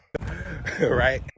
Right